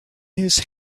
his